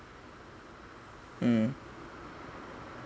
mm